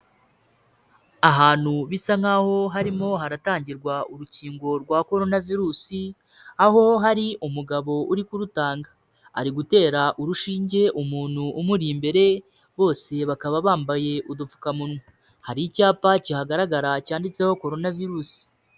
Ahantu bisa nk'aho harimo haratangirwa urukingo rwa Korona Virusi, aho hari umugabo uri kurutanga, ari gutera urushinge umuntu umuri imbere, bose bakaba bambaye udupfukamunwa, hari icyapa kihagaragara cyanditseho Korona Virusi.